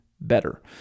better